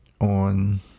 on